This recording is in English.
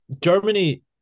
Germany